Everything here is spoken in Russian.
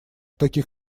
таких